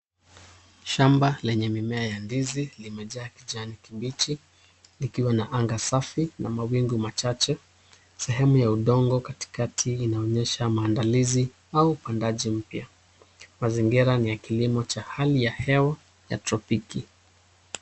Shamba lenye mimea ya ndizi limejaa kijani kibichi, likiwa na anga safi na mawingu machache, sehemu ya udongo katikati inaonyesha maandalizi au upandaji mpya. Mazingira ni ya kilimo cha hali ya hewa ya tropiki .